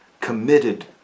committed